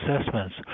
assessments